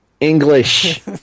English